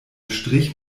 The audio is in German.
strich